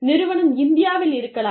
நிறுவனம் இந்தியாவில் இருக்கலாம்